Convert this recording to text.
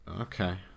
Okay